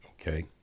Okay